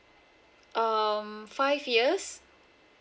um five years